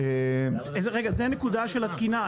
זו הנקודה של התקינה.